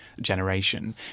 generation